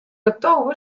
oktober